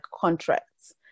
contracts